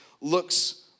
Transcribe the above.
looks